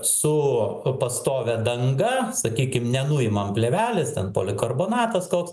su pastovia danga sakykim nenuimam plėvelės ten polikarbonatas koks